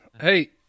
hey